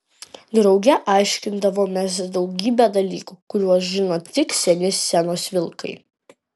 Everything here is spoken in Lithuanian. drauge aiškindavomės daugybę dalykų kuriuos žino tik seni scenos vilkai